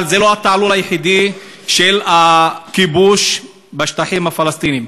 אבל זה לא התעלול היחידי של הכיבוש בשטחים הפלסטיניים.